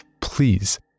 Please